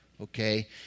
okay